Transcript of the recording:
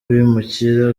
bimukira